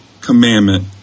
commandment